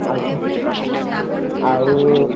ଆଉ କ'ଣ ଆଉ